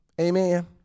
Amen